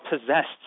possessed